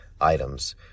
items